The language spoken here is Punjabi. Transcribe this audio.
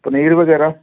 ਪਨੀਰ ਵਗੈਰਾ